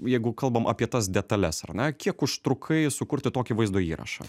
jeigu kalbam apie tas detales ar ne kiek užtrukai sukurti tokį vaizdo įrašą